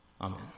Amen